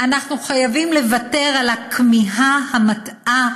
אנחנו חייבים לוותר על הכמיהה המטעה